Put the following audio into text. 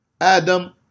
Adam